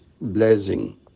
blessing